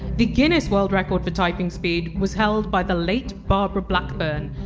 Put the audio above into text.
the guinness world record for typing speed was held by the late barbara blackburn.